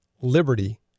liberty